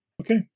Okay